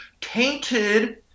tainted